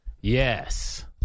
Yes